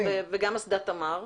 גם אסדת תמר.